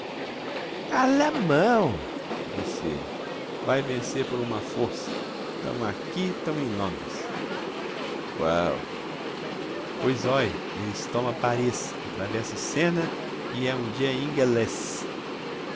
disse ele vai vencer por uma força tão aqui tão em londres qual pois óie eles toma paris atravessa o sena e é um dia inguelês